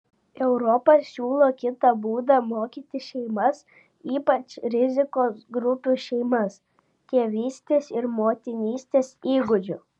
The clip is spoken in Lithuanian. europa siūlo kitą būdą mokyti šeimas ypač rizikos grupių šeimas tėvystės ir motinystės įgūdžių